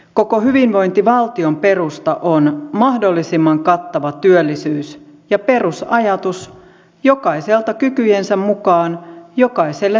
koko hyvinvointivaltion perusta on mahdollisimman kattava työllisyys ja perusajatus jokaiselta kykyjensä mukaan jokaiselle tarpeittensa mukaan